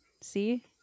see